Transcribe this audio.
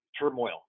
turmoil